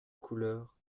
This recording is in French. couleur